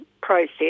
process